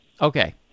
Okay